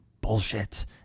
bullshit